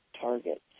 targets